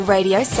Radio